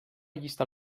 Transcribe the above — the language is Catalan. llista